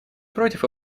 против